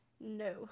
No